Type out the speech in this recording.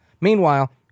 Meanwhile